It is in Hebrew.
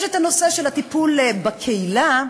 יש הנושא של הטיפול בקהילה,